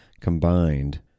combined